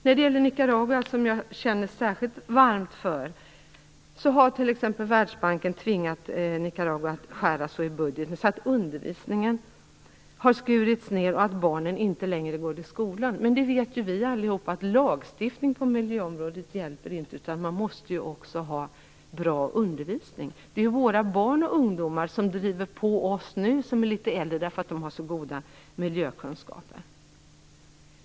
När det gäller Nicaragua, som jag känner särskilt varmt för, har Världsbanken t.ex. tvingat Nicaragua att skära i budgeten så att undervisningen har skurits ned och barnen inte längre går i skolan. Vi vet alla att lagstiftning på miljöområdet inte hjälper, utan man måste också ha bra undervisning. Det är ju våra barn och ungdomar som nu driver på oss som är litet äldre därför att de har så goda miljökunskaper.